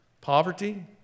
poverty